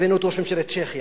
הבאנו את ראש ממשלת צ'כיה,